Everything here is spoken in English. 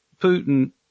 Putin